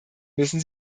müssen